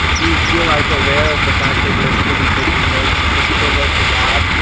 you feel like, aware of the fact that you're literally taking notes that people wrote to god?